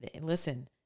Listen